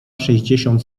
sześćdziesiąt